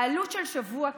העלות של שבוע כזה,